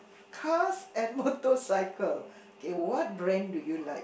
cars and motorcycle K what brand do you like